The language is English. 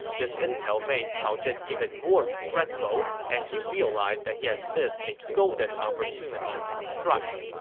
this intel made cao zhen even more regretful as he realized that he had missed a golden opportunity to strike